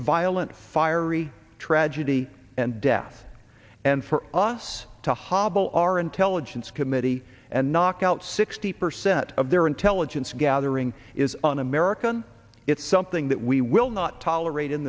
violent fiery tragedy and death and for us to hobble our intelligence committee and knock out sixty percent of their intelligence gathering is un american it's something that we will not tolerate in